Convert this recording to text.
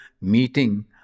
meeting